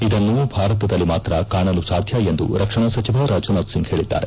ಇದನ್ನು ಭಾರತದಲ್ಲಿ ಮಾತ್ರ ಕಾಣಲು ಸಾಧ್ಣ ಎಂದು ರಕ್ಷಣಾ ಸಚಿವ ರಾಜನಾಥ್ಸಿಂಗ್ ಹೇಳಿದ್ದಾರೆ